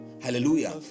hallelujah